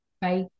Bye